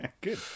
Good